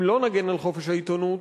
אם לא נגן על חופש העיתונות,